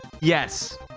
Yes